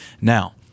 Now